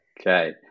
okay